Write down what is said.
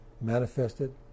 manifested